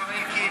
השר אלקין,